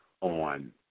on